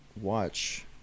watch